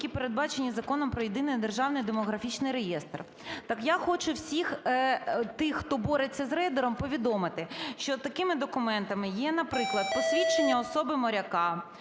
які передбачені Законом про Єдиний державний демографічний реєстр. Так я хочу всіх тих, хто бореться з рейдером, повідомити, що такими документами є, наприклад, посвідчення особи моряка,